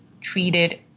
treated